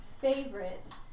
favorite